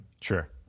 sure